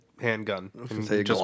handgun